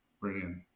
brilliant